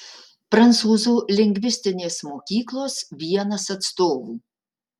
prancūzų lingvistinės mokyklos vienas atstovų